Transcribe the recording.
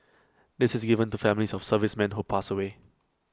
this is given to families of servicemen who pass away